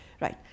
Right